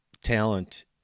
talent